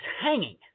hanging